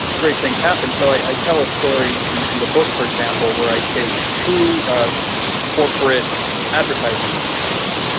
great things happen. so, i tell a story in in the book for example where i take two corporate advertising executives.